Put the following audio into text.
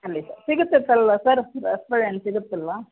ಖಂಡಿತ ಸಿಗತ್ತಲ್ಲ ಸರ್ ರಸಬಾಳೆ ಹಣ್ಣು ಸಿಗತ್ತಲ್ಲವಾ